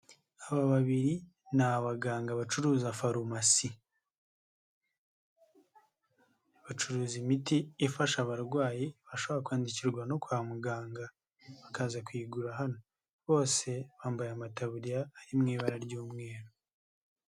Aba babiri ni abaganga bacuru farumasi, bacuruza imiti ifasha abarwayi bashara kwandikirwa no kwa muganga bakaza kuyigura hano, bose bambaye amatabu ari mu ibara ry'umweru.